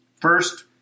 First